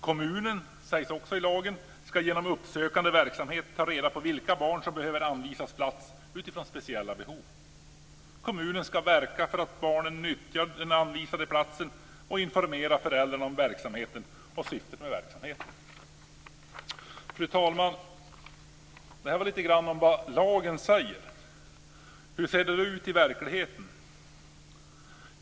Kommunen ska vidare genom uppsökande verksamhet ta reda på vilka barn som behöver anvisas plats utifrån speciella behov. Kommunen ska verka för att barnen nyttjar den anvisade platsen och informera föräldrarna om verksamheten och syftet med denna. Fru talman! Det var lite grann om vad lagen säger. Men hur ser det då ut i verkligheten?